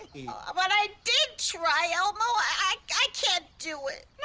yeah but i did try elmo. i i can't do it.